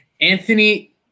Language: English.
Anthony